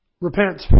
Repent